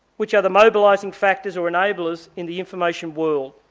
which are the mobilising factors or enablers in the information world.